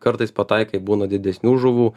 kartais pataikai būna didesnių žuvų